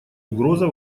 угроза